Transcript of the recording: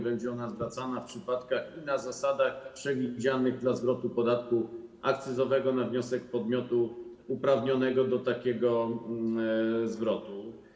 Będzie ona zwracana w przypadkach i na zasadach przewidzianych dla zwrotu podatku akcyzowego na wniosek podmiotu uprawnionego do takiego zwrotu.